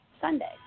Sunday